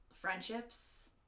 friendships